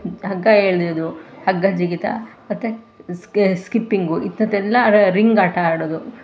ಹಗ್ಗ ಎಳೆಯೊದು ಹಗ್ಗ ಜಿಗಿತಾ ಮತ್ತು ಸ್ಕಿಪ್ಪಿಂಗು ಇಂಥದೆಲ್ಲಾ ರಿಂಗ್ ಆಟ ಆಡೋದು